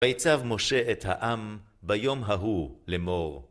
ביצב משה את העם ביום ההוא לאמר.